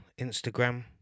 Instagram